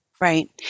Right